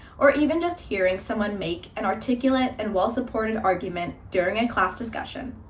or even just hearing someone make an articulate and well supported argument during a class discussion,